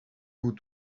vous